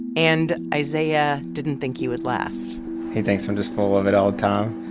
and isaiah didn't think he would last he thinks i'm just full of it all the time.